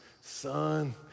son